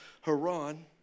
Haran